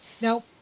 Now